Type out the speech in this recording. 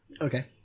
Okay